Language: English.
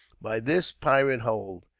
by this pirate hold,